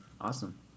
Awesome